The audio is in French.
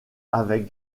avec